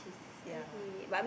ya